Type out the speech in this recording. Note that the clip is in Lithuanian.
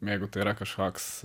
jeigu tai yra kažkoks